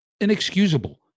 inexcusable